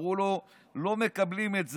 אמרו לו: לא מקבלים את זה,